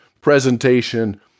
presentation